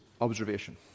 observation